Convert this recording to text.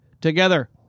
together